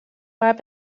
باید